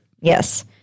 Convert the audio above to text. yes